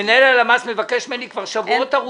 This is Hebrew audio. מנהל הלמ"ס מבקש ממני כבר שבועות ארוכים,